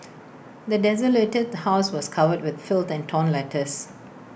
the desolated house was covered with filth than torn letters